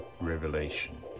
revelation